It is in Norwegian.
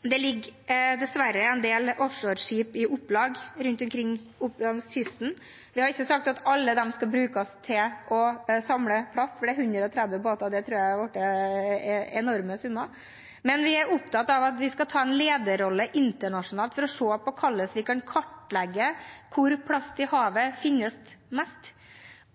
dessverre ligger en del offshoreskip i opplag langs kysten. Vi har ikke sagt at alle de skal brukes til å samle plast – det er 130 båter, det tror jeg hadde blitt enorme summer – men vi er opptatt av at vi skal ta en lederrolle internasjonalt for å se på hvordan vi kan kartlegge hvor i havet det finnes mest plast,